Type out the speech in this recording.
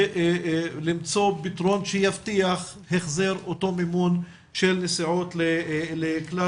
למצוא פתרון שיבטיח החזר אותו מימון של נסיעות לכלל